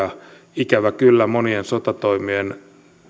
ikävä kyllä monien sotatoimien